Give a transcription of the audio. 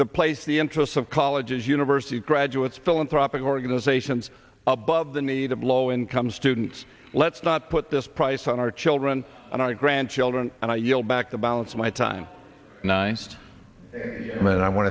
the place the interests of colleges university graduates philanthropic organizations above the need of low income students let's not put this price on our children and our grandchildren and i yield back the balance of my time nine men i want